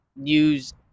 news